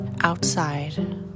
outside